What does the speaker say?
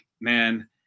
man